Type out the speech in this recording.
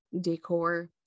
decor